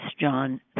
John